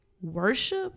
worship